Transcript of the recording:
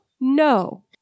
No